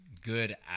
good